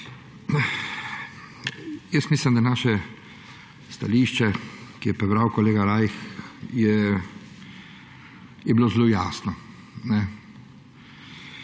Mislim, da naše stališče, ki ga je prebral kolega Rajh, je bilo zelo jasno.